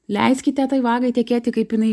leiskite tai vagai tekėti kaip jinai